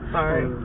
Sorry